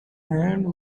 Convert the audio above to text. hands